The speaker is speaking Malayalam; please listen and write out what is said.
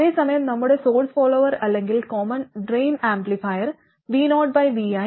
അതേസമയം നമ്മുടെ സോഴ്സ് ഫോളോവർ അല്ലെങ്കിൽ കോമൺ ഡ്രെയിൻ ആംപ്ലിഫയറിൽ vovigm1gmRL